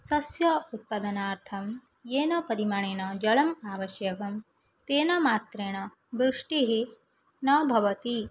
सस्य उत्पादनार्थं येन परिमाणेन जलम् आवश्यकं तेन मात्रेण वृष्टिः न भवति